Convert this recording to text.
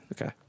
Okay